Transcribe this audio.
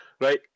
right